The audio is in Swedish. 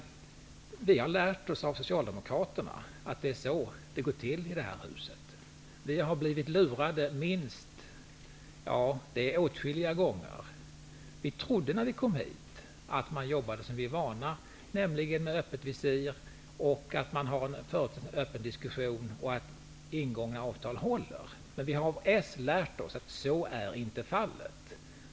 Vi har lärt oss av Socialdemokraterna att det är så det går till i det här huset. Vi har blivit lurade åtskilliga gånger. När vi kom in i riksdagen trodde vi att man jobbade som vi är vana vid, nämligen med öppet visir. Vi trodde alltså att man förde en öppen diskussion och att ingångna avtal hålls. Men vi har lärt oss av Socialdemokraterna att så inte är fallet.